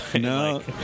No